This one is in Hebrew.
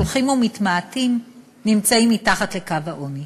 שהולכים ומתמעטים, נמצאים מתחת לקו העוני.